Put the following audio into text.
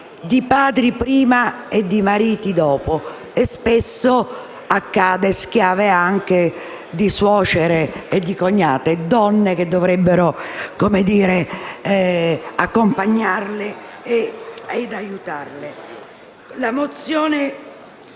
di padri prima e di mariti dopo, e spesso anche schiave di suocere, cognate, donne che dovrebbero accompagnarle e aiutarle.